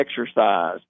exercise